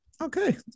Okay